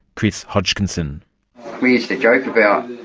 chris hodgkinson we used to joke about